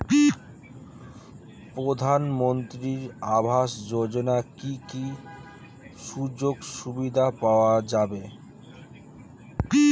প্রধানমন্ত্রী আবাস যোজনা কি কি সুযোগ সুবিধা পাওয়া যাবে?